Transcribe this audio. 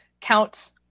Count